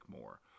more